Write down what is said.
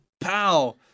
Pow